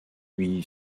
lui